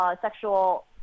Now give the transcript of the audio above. sexual